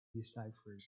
deciphered